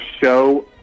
show